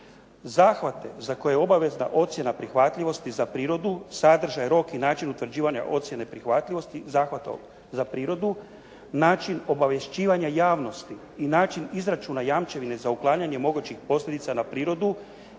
Zahvate za koje je obavezna ocjena prihvatljivosti za prirodu, sadržaj, rok i način utvrđivanja ocjene prihvatljivosti zahvata za prirodu, način obavješćivanja javnosti i način izračuna jamčevine za uklanjanje mogućih posljedica na prirodu